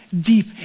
deep